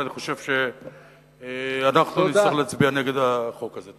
ואני חושב שאנחנו נצטרך להצביע נגד החוק הזה.